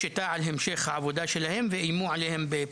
הזה.